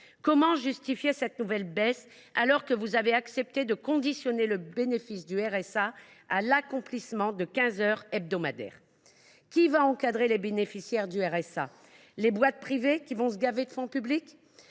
Comment justifier cette nouvelle baisse, alors que vous avez accepté de conditionner le bénéfice du RSA à l’accomplissement de quinze heures d’activité hebdomadaires ? Qui encadrera les bénéficiaires du RSA ? Les boîtes privées, qui se gaveront de fonds publics ?